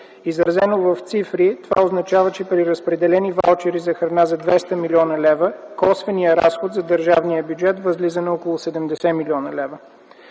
Изразено в цифри това означава, че при разпределени ваучери за храна за 200 млн. лв., косвеният разход за държавния бюджет възлиза на около 70 млн. лв.